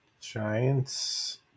Giants